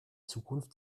zukunft